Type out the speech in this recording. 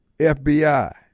FBI